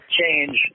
change